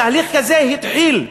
תהליך כזה התחיל,